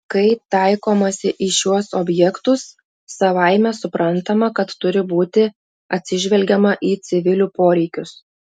kai taikomasi į šiuos objektus savaime suprantama kad turi būti atsižvelgiama į civilių poreikius